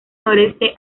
noreste